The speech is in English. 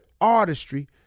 artistry